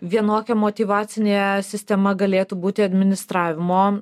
vienokia motyvacinė sistema galėtų būti administravimo